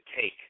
take